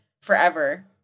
forever